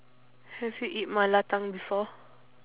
have you eat mala tang before